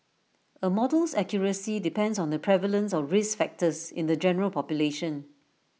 A model's accuracy depends on the prevalence of risk factors in the general population